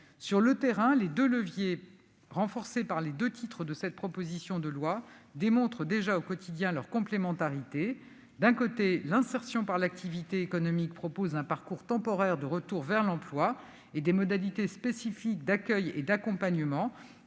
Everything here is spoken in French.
Sur le terrain, les deux leviers renforcés par les deux premiers titres de cette proposition de loi démontrent déjà au quotidien leur complémentarité. D'un côté, l'insertion par l'activité économique propose un parcours temporaire de retour vers l'emploi et des modalités spécifiques d'accueil et d'accompagnement,